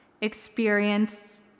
experience